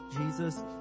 jesus